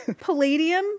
palladium